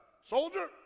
soldier